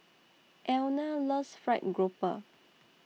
Elna loves Fried Grouper